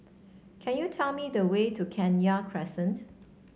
can you tell me the way to Kenya Crescent